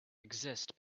exist